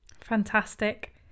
Fantastic